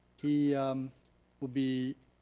he will be.